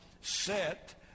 set